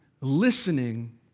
Listening